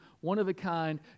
one-of-a-kind